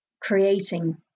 creating